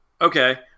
Okay